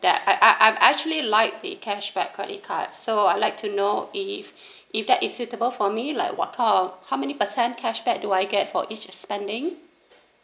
that I I I I'm actually like the cashback credit card so I like to know if if that is suitable for me like what kind of how many percent cashback do I get for each of spending